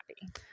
happy